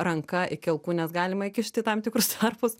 ranka iki alkūnės galima įkišti į tam tikrus tarpus